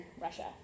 Russia